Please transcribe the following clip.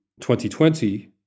2020